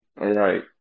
Right